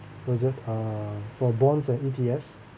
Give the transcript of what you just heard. reserved uh for bonds and E_T_Fs